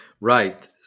Right